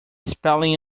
spelling